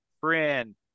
friend